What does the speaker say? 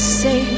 say